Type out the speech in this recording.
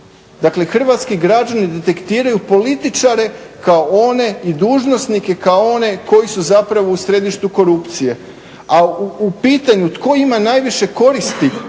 Dakle hrvatski građani detektiraju političare kao one i dužnosnike kao one koji su zapravo u središtu korupcije, a u pitanju tko ima najviše koristi